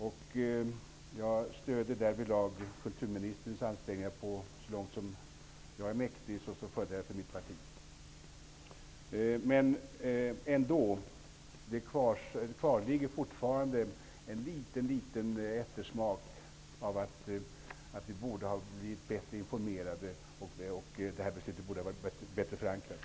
Därvidlag stöder jag kulturministerns ansträngningar så långt som jag som företrädare för mitt parti är mäktig. Ändå kvarstår en liten eftersmak av att vi borde ha blivit bättre informerade och av att det här beslutet borde ha varit bättre förankrat.